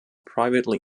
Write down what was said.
privately